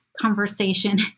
conversation